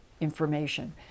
information